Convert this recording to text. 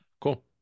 Cool